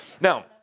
Now